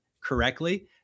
correctly